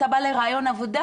אתה בא לריאיון עבודה,